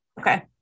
Okay